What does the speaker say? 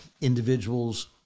individuals